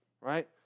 Right